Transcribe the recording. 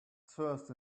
trust